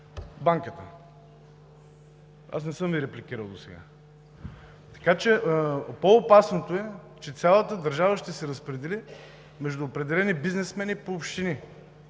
банката. Аз не съм Ви репликирал досега. По-опасното е, че цялата държава ще се разпредели между определени бизнесмени по общини,